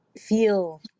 feel